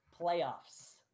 Playoffs